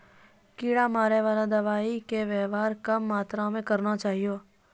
कीड़ा मारैवाला दवाइ के वेवहार कम मात्रा मे करना चाहियो